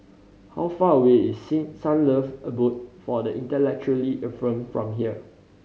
how far away is Sing Sunlove Abode for the Intellectually Infirmed from here